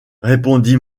répondit